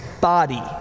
body